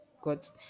got